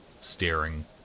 staring